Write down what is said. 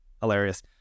hilarious